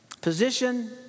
position